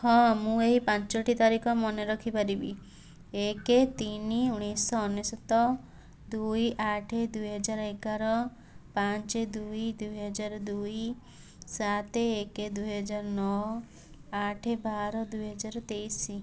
ହଁ ମୁଁ ଏଇ ପାଞ୍ଚଟି ତାରିଖ ମନେ ରଖିପାରିବି ଏକେ ତିନି ଉଣେଇଶ ଅନେଶତ ଦୁଇ ଆଠେ ଦୁଇହଜାର ଏଗାର ପାଞ୍ଚେ ଦୁଇ ଦୁଇହଜାର ଦୁଇ ସାତେ ଏକେ ଦୁଇହଜାର ନଅ ଆଠେ ବାର ଦୁଇହଜାର ତେଇଶି